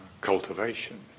cultivation